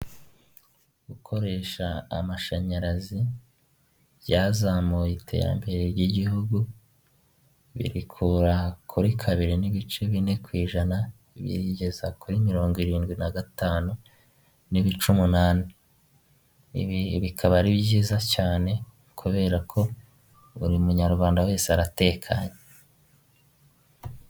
Gukoresha amashanyarazi byazamuye iterambere ry'igihugu birikura kuri kabiri n'ibice bine ku ijana birigeza kuri mirongo irindwi na gatanu n'ibice umunani ibi bikaba ari byiza cyane kubera ko buri munyarwanda wese aratekanye.